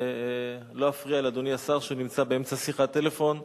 לא אפריע לאדוני השר, שנמצא באמצע שיחת טלפון.